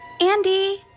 Andy